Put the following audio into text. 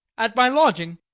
at my lodging.